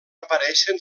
apareixen